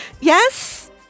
Yes